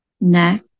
neck